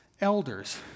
elders